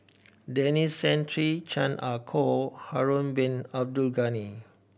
Denis Santry Chan Ah Kow Harun Bin Abdul Ghani